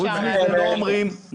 חוץ מזה לא אומרים